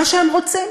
מה שהם רוצים